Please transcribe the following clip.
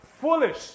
foolish